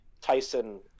Tyson